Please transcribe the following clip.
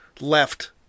left